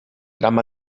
tram